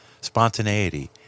spontaneity